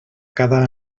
cada